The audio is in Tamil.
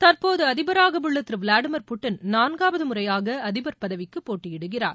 தற்போது அதிபராக உள்ள திரு விளாடிமீர் புட்டின் நான்காவது முறையாக அதிபர் பதவிக்கு போட்டியிடுகிறார்